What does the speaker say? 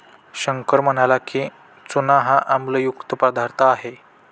शंकर म्हणाला की, चूना हा आम्लयुक्त पदार्थ आहे